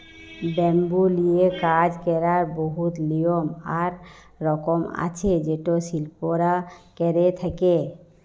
bamboo লিয়ে কাজ ক্যরার বহুত লিয়ম আর রকম আছে যেট শিল্পীরা ক্যরে থ্যকে